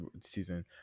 season